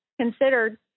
considered